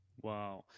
wow